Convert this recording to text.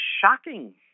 shocking